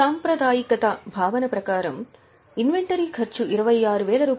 సాంప్రదాయికత భావన ప్రకారం ఇన్వెంటరీ ఖర్చు రూ